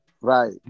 right